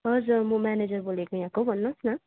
हजुर म म्यानेजर बोलेको यहाँको भन्नु होस् न